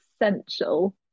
essential